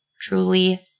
Truly